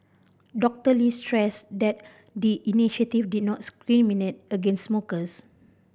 Doctor Lee stressed that the initiative did not discriminate against smokers